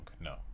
No